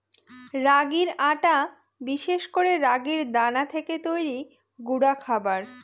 রাগির আটা বিশেষ করে রাগির দানা থেকে তৈরি গুঁডা খাবার